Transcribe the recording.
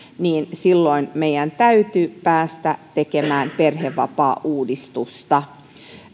se että meidän täytyy päästä tekemään perhevapaauudistusta